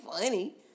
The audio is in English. funny